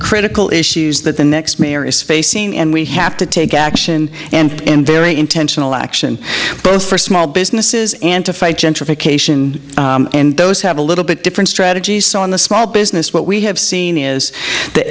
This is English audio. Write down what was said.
critical issues that the next mayor is facing and we have to take action and very intentional action both for small businesses and to fight gentrification and those have a little bit different strategies so in the small business what we have seen is the